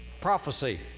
prophecy